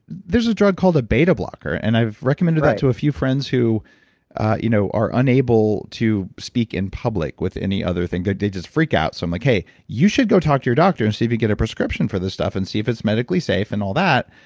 there's a drug called a beta blocker, and i've recommended that to a few friends who you know are unable to speak in public with any other thing, they just freak out. so i'm like hey you should go talk to your doctor and see if you can get a prescription for this stuff and see if it's medically safe and all that.